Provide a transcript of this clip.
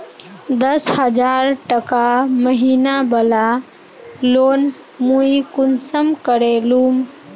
दस हजार टका महीना बला लोन मुई कुंसम करे लूम?